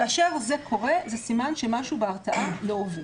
כאשר זה קורה זה סימן שמשהו בהרתעה לא עובד.